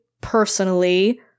personally